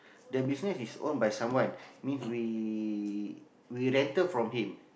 the business is own by someone means we we rental from him